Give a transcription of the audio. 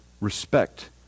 respect